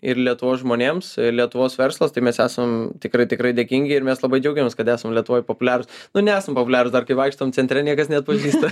ir lietuvos žmonėms lietuvos verslas tai mes esam tikrai tikrai dėkingi ir mes labai džiaugiamės kad esam lietuvoj populiarūs nu nesam popiliarūs dar kai vaikštom centre niekas neatpažįsta